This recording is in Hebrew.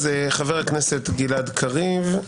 חבר הכנסת גלעד קריב.